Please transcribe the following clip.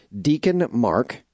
DeaconMark